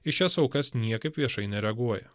į šias aukas niekaip viešai nereaguoja